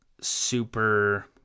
super